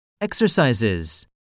Exercises